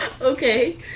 Okay